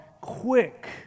quick